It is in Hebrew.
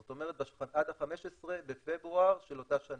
זאת אומרת עד ה-15 בפברואר של אותה שנה.